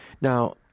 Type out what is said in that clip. Now